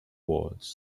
walls